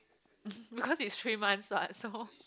because it's three months [what] so